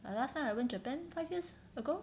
the last time I went Japan five years ago